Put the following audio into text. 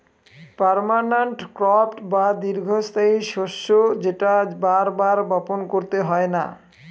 permanent crop বা দীর্ঘস্থায়ী শস্য যেটা বার বার বপন করতে হয় না